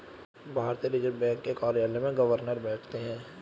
भारतीय reserve bank के कार्यालय में गवर्नर बैठते हैं